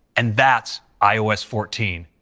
and that's ios fourteen.